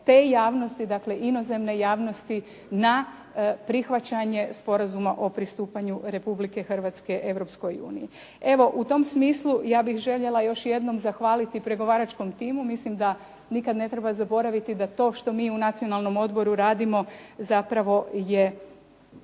te javnosti, dakle inozemne javnosti na prihvaćanje Sporazuma o pristupanju Republike Hrvatska Europskoj uniji. Evo u tom smislu ja bih željela još jednom zahvaliti pregovaračkom timu. Mislim da nikad ne treba zaboraviti da to što mi u Nacionalnom odboru radimo zapravo je